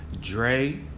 Dre